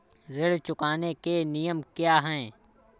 ऋण चुकाने के नियम क्या हैं?